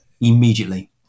immediately